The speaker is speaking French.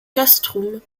castrum